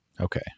Okay